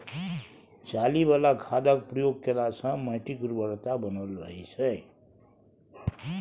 चाली बला खादक प्रयोग केलासँ माटिक उर्वरता बनल रहय छै